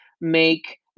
make